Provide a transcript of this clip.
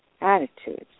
attitudes